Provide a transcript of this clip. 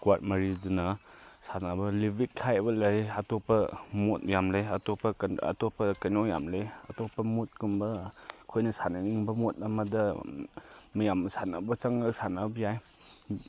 squad ꯃꯔꯤꯗꯨꯅ ꯁꯥꯟꯅꯕ ꯂꯤꯕꯤꯛ ꯍꯥꯏꯕ ꯂꯩ ꯑꯇꯣꯞꯄ ꯃꯣꯠ ꯌꯥꯝ ꯂꯩ ꯑꯇꯣꯞꯄ ꯀꯩꯅꯣ ꯌꯥꯝ ꯂꯩ ꯑꯇꯣꯞꯄ ꯃꯣꯠ ꯀꯨꯝꯕ ꯑꯩꯈꯣꯏꯅ ꯁꯥꯟꯅꯅꯤꯡꯕ ꯃꯣꯠ ꯑꯃꯗ ꯃꯌꯥꯝꯅ ꯆꯪꯉꯛꯑꯒ ꯁꯥꯟꯅꯕ ꯌꯥꯏ